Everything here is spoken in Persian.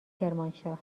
کرمانشاه